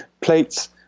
plates